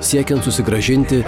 siekiant susigrąžinti